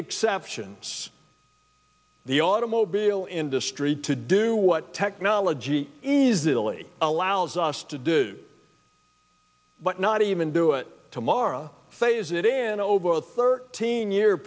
exceptions the automobile industry to do what technology is ill allows us to do but not even do it tomorrow phase it in over thirteen year